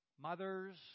mothers